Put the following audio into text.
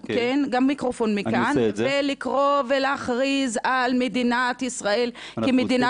אתה קורא למדינת ישראל מדינה